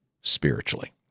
spiritually